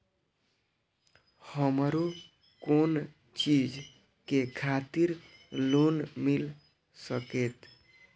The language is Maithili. हमरो कोन चीज के खातिर लोन मिल संकेत?